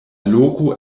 loko